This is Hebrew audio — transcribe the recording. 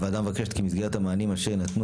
הוועדה מבקשת כי במסגרת המענים אשר יינתנו,